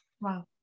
Wow